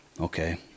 okay